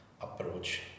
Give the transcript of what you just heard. approach